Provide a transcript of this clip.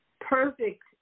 perfect